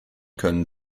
können